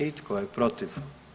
I tko je protiv?